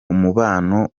umubano